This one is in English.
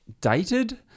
dated